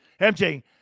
MJ